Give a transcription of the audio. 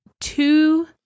Two